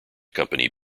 company